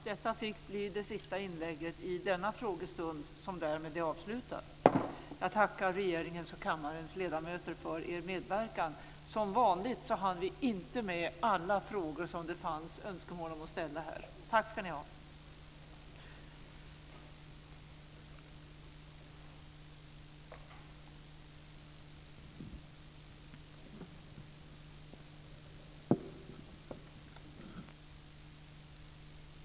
Detta fick bli det sista inlägget i denna frågestund som därmed är avslutad. Jag tackar regeringens och kammarens ledamöter för er medverkan. Som vanligt hann vi inte med alla frågor som det fanns önskemål om att få ställa här. Tack ska ni ha!